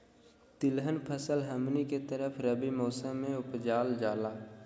तिलहन फसल हमनी के तरफ रबी मौसम में उपजाल जाला